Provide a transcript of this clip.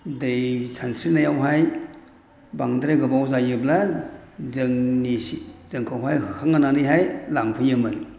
दै सानस्रिनायावहाय बांद्राय गोबाव जायोब्ला जोंखौहाय होखांहोनानैहाय लांफैयोमोन